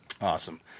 Awesome